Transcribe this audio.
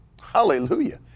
hallelujah